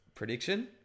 prediction